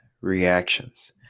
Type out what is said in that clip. reactions